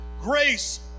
Grace